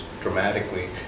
dramatically